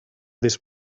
this